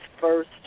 first